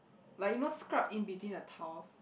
like you know scrub in between the tiles